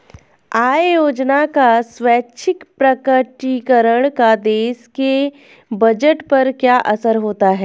आय योजना का स्वैच्छिक प्रकटीकरण का देश के बजट पर क्या असर होता है?